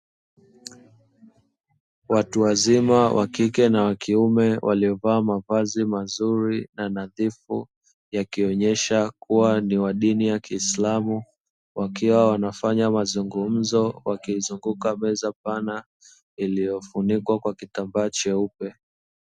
Watu wazima wa kike na wa kiume waliovaa mavazi mazuri na nadhifu yakionyesha kuwa ni wa dini ya kiislamu, wakiwa wanafanya mazungumzo wakiizunguka meza pana iliyofunikwa kwa kitambaa cheupe.